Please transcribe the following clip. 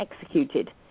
executed